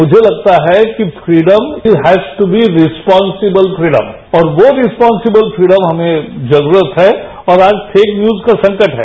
मुझे लगता है कि freedom has to be responsible freedom और वो रिस्पान्सिबल फ्रीडम हमें जरूरत है और आज फेक न्यूज का संकट है